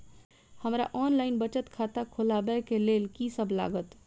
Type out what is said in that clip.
हमरा ऑनलाइन बचत खाता खोलाबै केँ लेल की सब लागत?